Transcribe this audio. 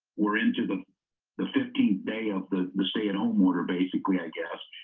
we're into the the fifteenth day of the the stay at home water basically i guess